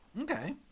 Okay